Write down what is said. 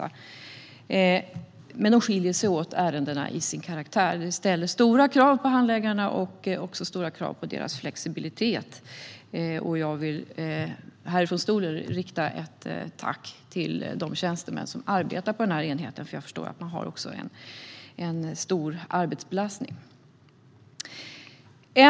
Men ärendena skiljer sig åt till sin karaktär, och detta ställer stora krav på handläggarna liksom på deras flexibilitet. Jag vill härifrån talarstolen rikta ett tack till de tjänstemän som arbetar på den här enheten, för jag förstår att de har en stor arbetsbelastning.